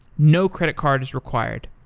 no credit cards required.